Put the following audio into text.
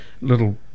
little